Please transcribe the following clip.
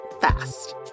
fast